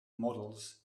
models